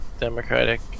Democratic